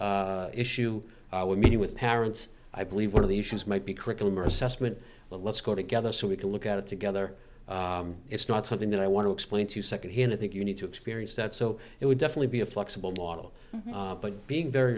this issue with me with parents i believe one of the issues might be curriculum or assessment let's go together so we can look at it together it's not something that i want to explain to second here and i think you need to experience that so it would definitely be a flexible lot but being very